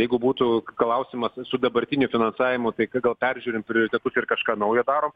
jeigu būtų klausimas su dabartiniu finansavimu tai ką gal peržiūrint prioritetus ir kažką naujo darom